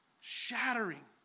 shattering